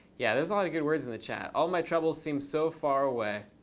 yeah, there's a lot of good words in the chat. all my troubles seemed so far away.